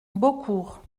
beaucourt